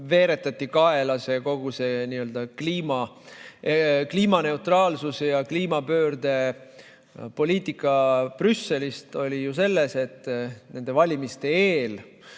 veeretati kaela kogu see kliimaneutraalsuse ja kliimapöörde poliitika Brüsselist, oli ju selles, et nende valimiste eel